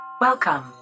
Welcome